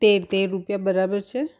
તેર તેર રૂપિયા બરાબર છે